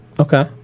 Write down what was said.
Okay